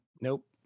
nope